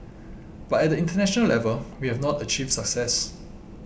but at the international level we have not achieved success